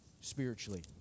spiritually